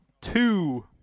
two